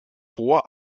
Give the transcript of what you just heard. vor